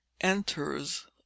Enters